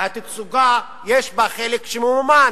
והתצוגה, יש בה חלק שממומן,